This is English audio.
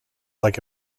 like